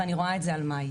ואני רואה את זה על מאי.